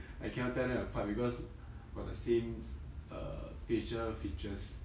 I cannot tell them apart because got the sames err facial features